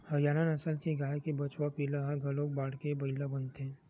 हरियाना नसल के गाय के बछवा पिला ह घलोक बाड़के बइला बनथे